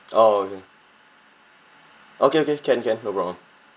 oh okay okay okay can can no problem